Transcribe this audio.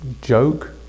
joke